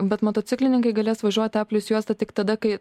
bet motociklininkai galės važiuot a plius juostą tik tada kai